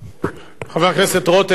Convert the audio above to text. חבר הכנסת רותם.